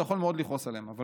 אתה יכול לכעוס עליהם מאוד,